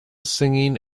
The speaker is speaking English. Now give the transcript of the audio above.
singing